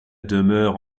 demeure